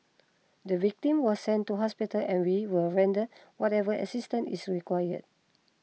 the victim was sent to hospital and we will render whatever assistance is required